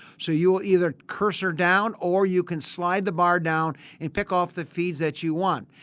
so, you will either cursor down or you can slide the bar down and pick off the feeds that you want.